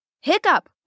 Hiccup